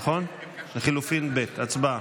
הצבעה.